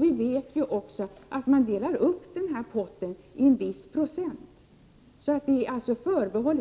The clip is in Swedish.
Vi vet också att man delar upp potten, så att